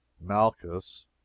Malchus